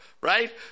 right